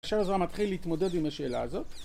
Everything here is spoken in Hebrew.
אפשר לזמן מתחיל להתמודד עם השאלה הזאת.